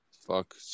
Fuck